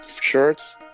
shirts